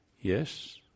Yes